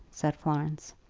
said florence.